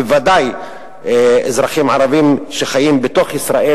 בוודאי אזרחים ערבים שחיים בתוך ישראל,